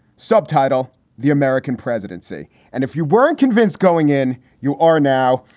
subtitle the american presidency. and if you weren't convinced going in, you are now.